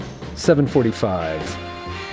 7.45